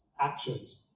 actions